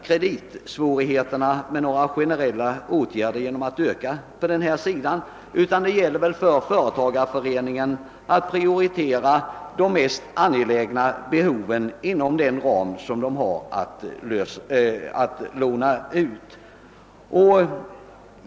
Kreditsvårigheterna kan inte lösas med en generell ökning av detta anslag. Det gäller väl i stället för företagareföreningarna att prioritera de mest angelägna behoven inom nu gällande ram.